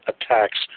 attacks